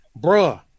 bruh